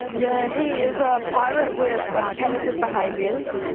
yeah, he is a pirate with repetitive behaviours.